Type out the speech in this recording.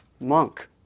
monk